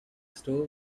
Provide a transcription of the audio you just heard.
store